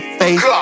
face